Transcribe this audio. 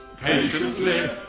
patiently